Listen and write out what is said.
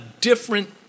different